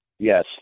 Yes